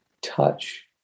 touch